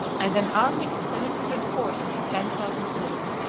and an army of seven hundred horse and ten thousand foot.